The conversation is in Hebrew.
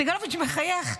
סגלוביץ' מחייך,